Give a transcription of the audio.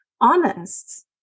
honest